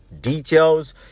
details